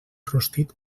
rostit